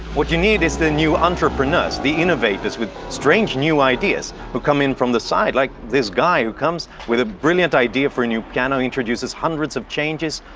what you need is the new entrepreneurs, the innovators with strange new ideas who come in from the side, like this guy who comes with a brilliant idea for a new piano, introduces hundreds of changes,